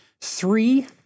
three